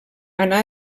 anà